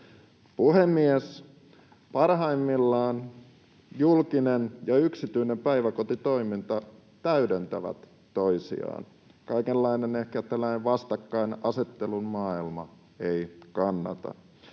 Puhemies! Parhaimmillaan julkinen ja yksityinen päiväkotitoiminta täydentävät toisiaan. Tällainen vastakkainasettelun maailma ei kannata.